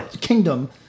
kingdom